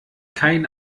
kein